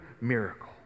miracle